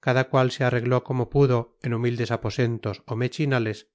cada cual se arregló como pudo en humildes aposentos o mechinales